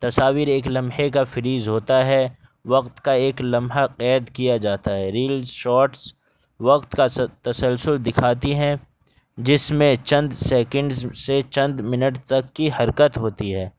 تصاویر ایک لمحے کا فریج ہوتا ہے وقت کا ایک لمحہ قید کیا جاتا ہے ریل شارٹس وقت کا تسلسل دکھاتی ہیں جس میں چند سیکنڈز سے چند منٹ تک کی حرکت ہوتی ہے